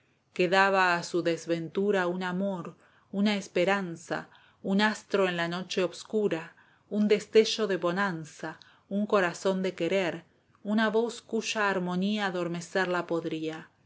quedaba a su desventura un amor una esperanza un astro en la noche oscura un destello de bonanza un corazón que querer una voz cuya armonía adormecerla podría